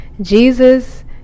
Jesus